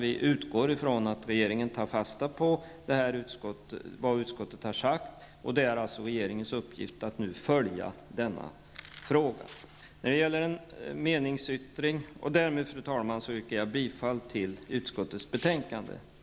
Vi utgår ifrån att regeringen tar fasta på vad utskottet har sagt. Det är alltså regeringens uppgift nu att följa denna fråga. Därmed, fru talman, yrkar jag bifall till hemställan i utskottets betänkande.